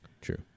True